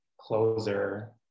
closer